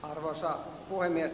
arvoisa puhemies